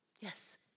Yes